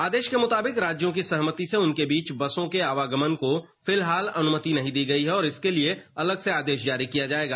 आदेश के मुताबिक राज्यों की सहमति से उनके बीच बसों के आवागमन को फिलहाल अनुमति नहीं दी गई है और इसके लिए अलग से आदेश जारी किया जाएगा